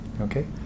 Okay